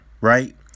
right